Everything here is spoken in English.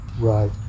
Right